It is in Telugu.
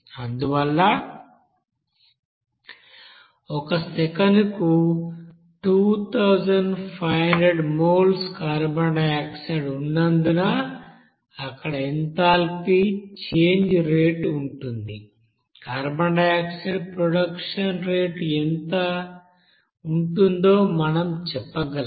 అందువల్ల ఒక సెకనుకు 2500 మోల్స్ కార్బన్ డయాక్సైడ్ ఉన్నందున అక్కడ ఎంథాల్పీ చేంజ్ రేటు ఉంటుంది కార్బన్ డయాక్సైడ్ ప్రొడక్షన్ రేటు ఎంత ఉంటుందో మనం చెప్పగలం